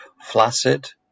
flaccid